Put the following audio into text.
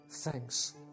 thanks